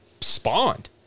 spawned